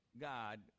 God